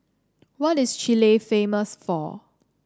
what is Chile famous for